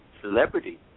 celebrity